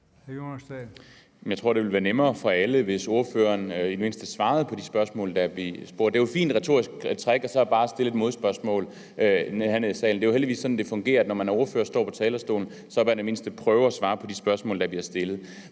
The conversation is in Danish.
Jeg tror, det ville være nemmere for alle, hvis ordføreren i det mindste svarede på de spørgsmål, der bliver stillet. Det er jo et fint retorisk træk bare at stille et modspørgsmål herned i salen. Det fungerer jo heldigvis sådan, at når man er ordfører og står på talerstolen, prøver man i det mindste at svare på de spørgsmål, der bliver stillet.